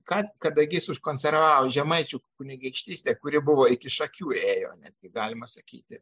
kad kadagys užkonservavo žemaičių kunigaikštystę kuri buvo iki šakių ėjo netgi galima sakyti